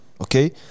Okay